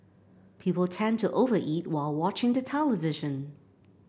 people tend to over eat while watching the television